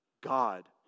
God